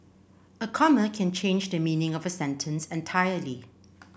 a comma can change the meaning of a sentence entirely